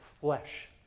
flesh